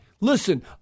Listen